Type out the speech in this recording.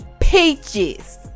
Peaches